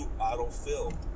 autofill